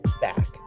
back